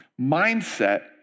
Mindset